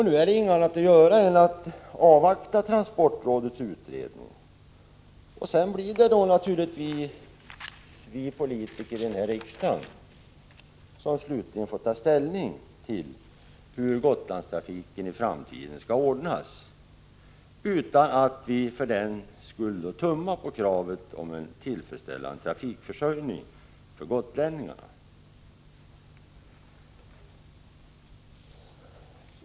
Nu är det inget annat att göra än att avvakta transportrådets utredning, och sedan blir det naturligtvis vi politiker här i riksdagen som slutligen får ta ställning till hur Gotlandstrafiken i framtiden skall ordnas, utan att för den skull tumma på kravet på en tillfredsställande trafikförsörjning för gotlänningarna.